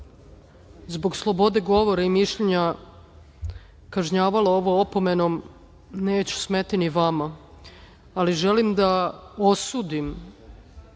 zbog slobode govora i mišljenja kažnjavala ovom opomenom neću smeti ni vama, ali želim da osudim